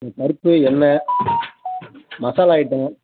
பருப்பு எண்ணெய் மசாலா ஐட்டங்க